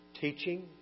teaching